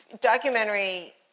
documentary